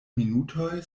minutoj